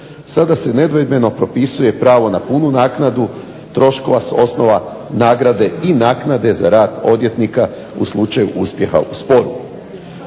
Sada se nedvojbeno propisuje pravo na punu naknadu troškova s osnova nagrade i naknade za rad odvjetnika u slučaju uspjeha u sporu.